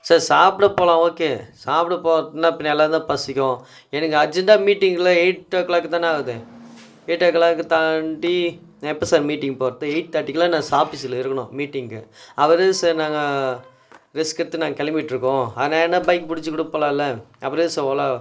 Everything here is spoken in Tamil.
சார் சாப்பிட போகலாம் ஓகே சாப்பிட போகாட்டின்னா பின்னே எல்லோருக்கும் தான் பசிக்கும் எனக்கு அர்ஜெண்ட்டாக மீட்டிங்கில எயிட் ஓ க்ளாக்கு தானே ஆகுது எயிட் ஓ க்ளாக்கு தாண்டி நான் எப்போ சார் மீட்டிங் போவது எயிட் தேர்ட்டிக்கெலாம் நான் சா ஆபீஸ்ஸில் இருக்கணும் மீட்டிங்க் அப்புறம் எதுக்கு சார் நாங்கள் ரிஸ்க் எடுத்து நாங்கள் கிளம்பிட்ருக்கோம் அதனால என்ன பைக் பிடிச்சி கூட போகலாம்ல அப்புறம் எதுக்கு சார் ஓலா